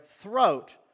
throat